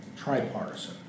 tripartisan